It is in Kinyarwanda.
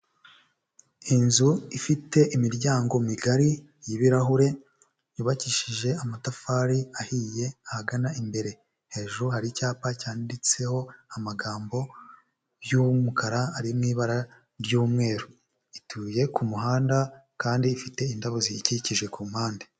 Inzu ifite imiryango migari y'ibirahure yubakishije amatafari ahiye ahagana imbere, hejuru hari icyapa cyanditseho amagambo y'umukara ari mu ibara ry'umweru, ituye ku muhanda kandi ifite indabo ziyikikije ku mpande.